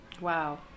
Wow